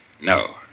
No